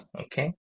okay